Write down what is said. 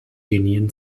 union